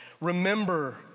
remember